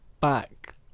back